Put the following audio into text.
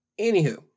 Anywho